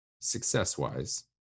success-wise